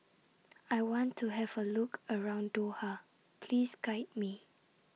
I want to Have A Look around Doha Please Guide Me